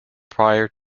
prior